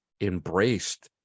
embraced